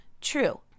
True